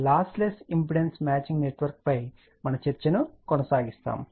loss less impedance matching network పై మన చర్చను కొనసాగిస్తాము